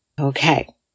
Okay